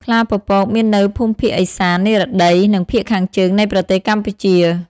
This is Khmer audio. ខ្លាពពកមាននៅភូមិភាគឥសាន និរតី និងភាគខាងជើងនៃប្រទេសកម្ពុជា។